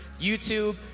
YouTube